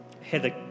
Heather